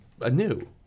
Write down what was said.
anew